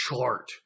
chart